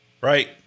right